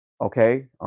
okay